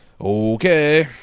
Okay